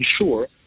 ensure